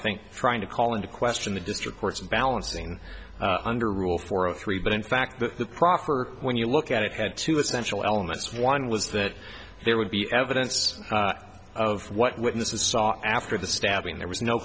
think trying to call into question the district courts and balancing under rule four zero three but in fact the the property when you look at it had two essential elements one was that there would be evidence of what witnesses saw after the stabbing there was no